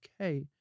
okay